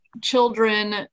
children